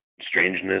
strangeness